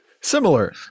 Similar